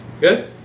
Good